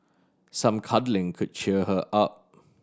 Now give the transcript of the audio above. some cuddling could cheer her up